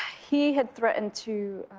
he had threatened to